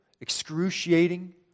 excruciating